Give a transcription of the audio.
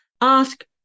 ask